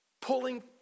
pulling